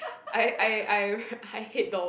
I I I I hate those